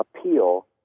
appeal